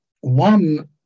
one